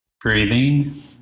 Breathing